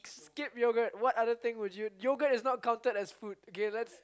skip yogurt what other thing would you yogurt is not counted as food okay let's